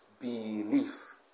Belief